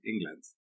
England